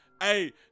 Hey